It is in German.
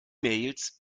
mails